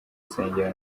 nsengero